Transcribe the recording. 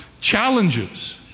challenges